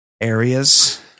areas